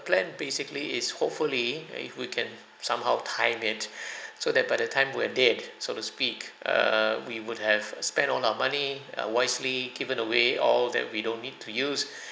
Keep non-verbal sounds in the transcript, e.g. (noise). planned basically is hopefully uh if we can somehow time it (breath) so that by the time we're dead so to speak err we would have spent all our money uh wisely given away all that we don't need to use (breath)